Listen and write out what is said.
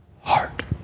heart